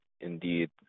indeed